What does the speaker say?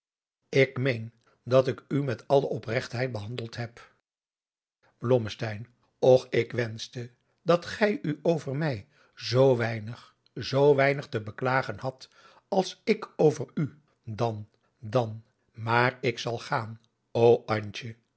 ik meen dat ik umet alle opregtheid behandeld heb blommesteyn och ik wenschte dat gij u over mij zoo weinig zoo weinig te beklagen hadt als ik over u dan dan maar ik zal gaan